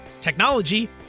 technology